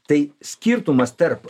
tai skirtumas tarp